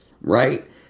right